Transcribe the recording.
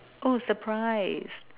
oh surprise